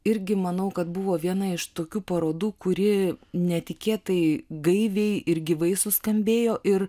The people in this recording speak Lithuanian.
irgi manau kad buvo viena iš tokių parodų kuri netikėtai gaiviai ir gyvai suskambėjo ir